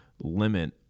limit